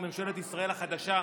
ממשלת ישראל החדשה,